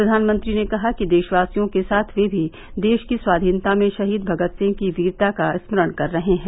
प्र्यानमंत्री ने कहा कि देशवासियों के साथ वे भी देश की स्वाधीनता में शहीद भगत सिंह की वीरता का स्मरण कर रहे हैं